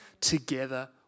together